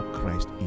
Christ